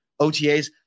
OTAs